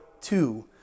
two